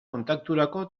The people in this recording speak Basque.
kontakturako